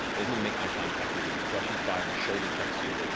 doesn't even make eye contact with you, just brushes by and shoulder-checks you,